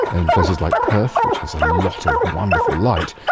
and places like perth which has a lot of wonderful light,